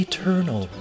Eternal